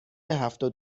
هفتاد